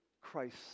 Christ